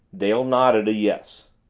dale nodded a yes.